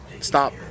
stop